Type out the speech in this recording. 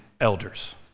elders